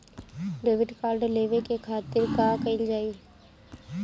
Debit card लेवे के खातिर का कइल जाइ?